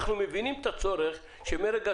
אנחנו מבינים את הצורך שמרגע